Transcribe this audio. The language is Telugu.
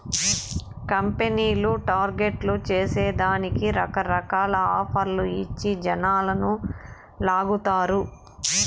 కంపెనీలు టార్గెట్లు చేరే దానికి రకరకాల ఆఫర్లు ఇచ్చి జనాలని లాగతారు